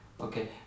okay